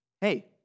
hey